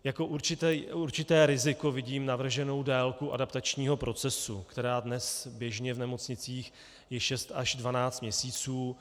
Jako určité riziko vidím navrženou délku adaptačního procesu, která dnes běžně v nemocnicích je šest až dvanáct měsíců.